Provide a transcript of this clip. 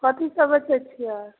कथीसब बेचै छिए